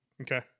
Okay